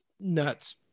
nuts